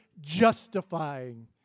justifying